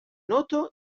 noto